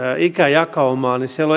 ikäjakaumaa että siellä